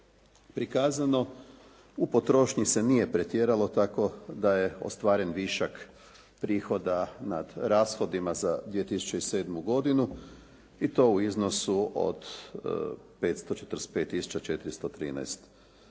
prikazano. U potrošnji se nije pretjeralo tako da je ostvaren višak prihoda nad rashodima za 2007. godinu i to u iznosu od 545 tisuća